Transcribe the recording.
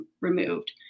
removed